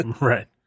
Right